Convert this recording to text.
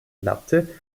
latte